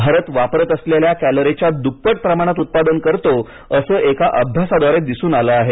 भारत वापरत असलेल्या कॅलरीच्या दुप्पट प्रमाणात उत्पादन करतो असं एका अभ्यासाद्वारे दिसून आलं आहे